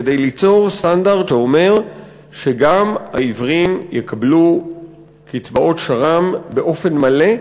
כדי ליצור סטנדרט שאומר שגם העיוורים יקבלו קצבאות שר"מ באופן מלא,